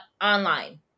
online